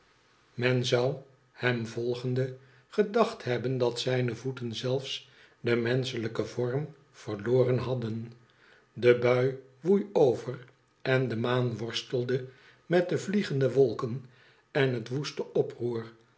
men zou hem volgende gedacht hebben dat zijne voeten zelfs den menschelijken vorm verloren hadden de bui woei over en de maan worstelde met de vliegende wolken en het woeste oproer